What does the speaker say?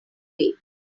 weights